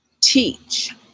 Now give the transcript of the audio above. teach